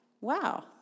wow